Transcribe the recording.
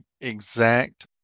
exact